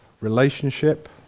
relationship